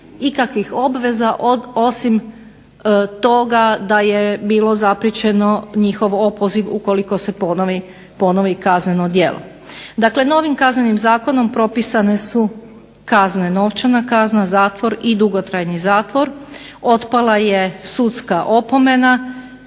ikakvih obveza osim toga da je bilo zapriječen njihov opoziv ukoliko se ponovi kazneno djelo. Dakle, novim Kaznenim zakonom propisane su kazne – novčana kazna, zatvor i dugotrajni zatvor. Otpala je sudska opomena